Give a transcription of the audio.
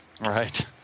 right